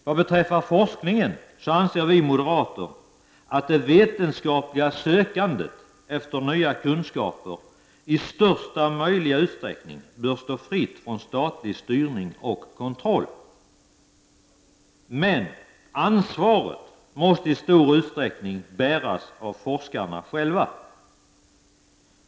Vad beträffar forskning anser vi moderater att det vetenskapliga sökandet efter nya kunskaper i största möjliga utsträckning bör stå fritt från statlig styrning och kontroll, men ansvaret måste till stor del bäras av forskarna.